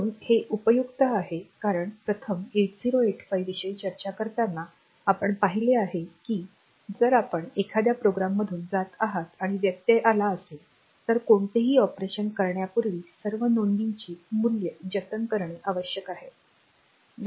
म्हणूनच हे उपयुक्त आहे कारण प्रथम 8085 विषयी चर्चा करताना आपण पाहिले आहे की जर आपण एखाद्या प्रोग्राममधून जात आहात आणि व्यत्यय आला असेल तर कोणतेही ऑपरेशन करण्यापूर्वी सर्व नोंदींचे मूल्य जतन करणे आवश्यक आहे